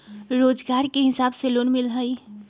रोजगार के हिसाब से लोन मिलहई?